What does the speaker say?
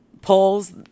polls